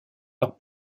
par